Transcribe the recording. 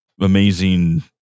amazing